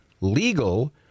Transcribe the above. legal